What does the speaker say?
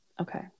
okay